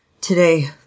Today